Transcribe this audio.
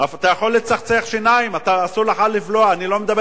אתה יכול לצחצח שיניים, אסור לך לבלוע.